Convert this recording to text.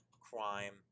crime